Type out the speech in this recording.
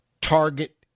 Target